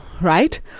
right